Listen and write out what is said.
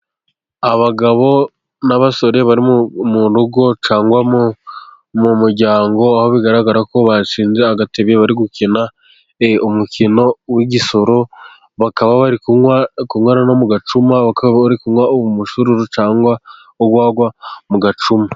Abagabo n'abasore bari mu rugo cyangwa mu muryango, aho bigaragara ko bashinze agatebe, bari gukina umukino w'igisoro, bakaba bari kunwera no mu gacuma, bakaba bari kunywa umushururu cyangwa urwagwa mu gacuma.